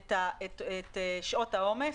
את שעות העומס?